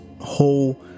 whole